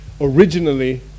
Originally